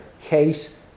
case